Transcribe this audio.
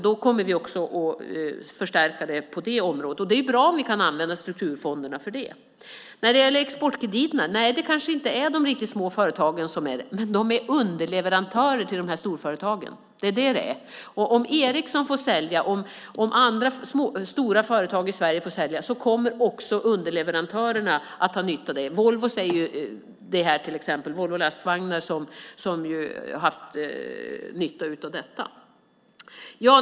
Då kommer vi att förstärka det även på det området. Det är bra om vi kan använda strukturfonderna för det. Exportkrediterna kanske inte gäller de riktigt små företagen, men de är underleverantörer till storföretagen. Om Ericsson och andra stora företag i Sverige får sälja kommer underleverantörerna att ha nytta av det. Volvo Lastvagnar har haft nytta av detta.